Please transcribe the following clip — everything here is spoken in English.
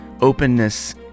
openness